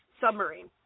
submarine